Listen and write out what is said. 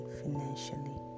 financially